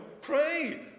pray